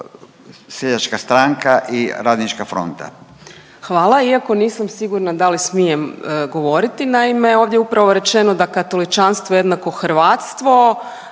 **Peović, Katarina (RF)** Hvala. Iako nisam sigurna da li smijem govoriti, naime, ovdje je upravo rečeno da katoličanstvo jednako hrvatstvo,